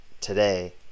today